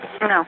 No